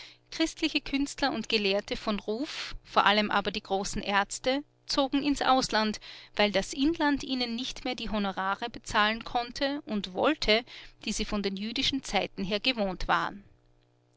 christliche künstler und gelehrte von ruf vor allem aber die großen aerzte zogen ins ausland weil das inland ihnen nicht mehr die honorare bezahlen konnte und wollte die sie von den jüdischen zeiten her gewohnt waren